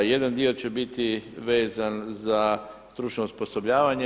Jedan dio će biti vezan za stručno osposobljavanje.